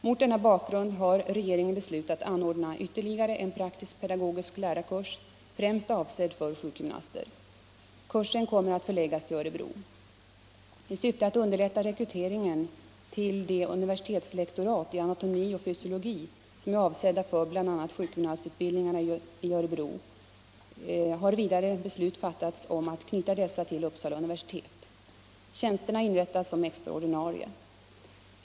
Mot denna bakgrund har regeringen beslutat anordna ytterligare en praktisk-pedagogisk lärarkurs, främst avsedd för sjukgymnaster. Kursen kommer att förläggas till Örebro. I syfte att underlätta rekryteringen till de universitetslektorat i anatomi och fysiologi som är avsedda för bl.a. sjukgymnastutbildningen i Örebro, har vidare beslut fattats om att knyta dessa till Uppsala universitet. Tjänsterna inrättas som extra ordinarie.